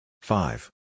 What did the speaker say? Five